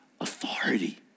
authority